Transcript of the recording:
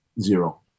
Zero